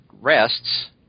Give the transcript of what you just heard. rests